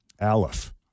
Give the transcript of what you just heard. Aleph